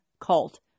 cult